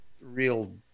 real